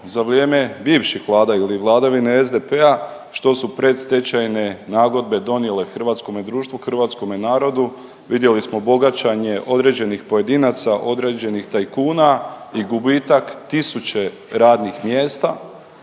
za vrijeme bivših Vlada ili vladavine SDP-a što su predstečajne nagodbe donijele hrvatskome društvu, hrvatskom narodu. Vidjeli smo bogaćenje određenih pojedinaca, određenih tajkuna i gubitak tisuće radnih mjesta.